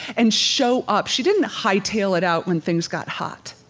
and show up. she didn't hightail it out when things got hot.